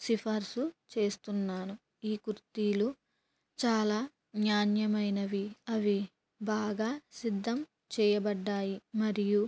సిఫార్సు చేస్తున్నాను ఈ కుర్తీలు చాలా నాణ్యమైనవి అవి బాగా సిద్ధం చేయబడ్డాయి మరియు